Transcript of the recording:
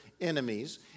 enemies